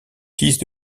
fils